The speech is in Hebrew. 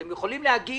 אתם יכולים להגיד